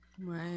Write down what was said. Right